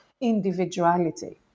individuality